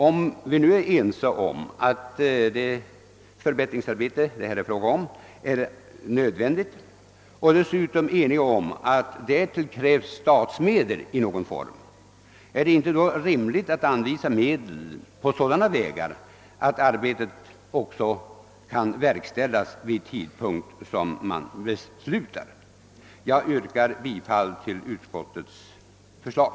Om vi nu är ense om att det förbättringsarbete som det här är fråga om är nödvändigt och dessutom ense om att därtill krävs statsmedel i någon form, är det väl också rimligt att medel an visas på sådana vägar att arbetet kan verkställas vid tidpunkt som beslutas. Jag yrkar bifall till utskottets förslag.